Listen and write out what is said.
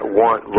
want